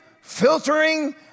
filtering